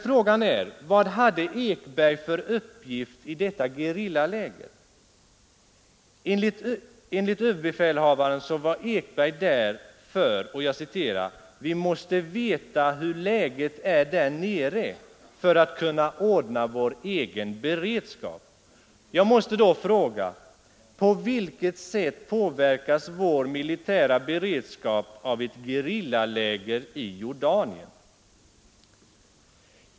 Frågan är: Vad hade Ekberg för uppgift i detta gerillaläger? Enligt ÖB var Ekberg där för att ”vi måste veta hur läget är där nere för att kunna ordna upp vår egen beredskap”. Jag måste fråga: På vilket sätt påverkas vår militära beredskap av ett gerillaläger i Jordanien?